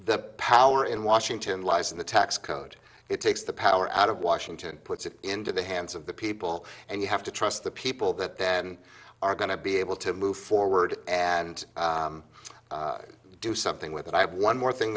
the power in washington lies in the tax code it takes the power out of washington puts it into the hands of the people and you have to trust the people that then are going to be able to move forward and do something with it i have one more thing